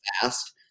fast